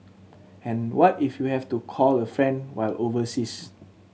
and what if you have to call a friend while overseas